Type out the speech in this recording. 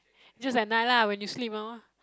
just at night lah when you sleep lor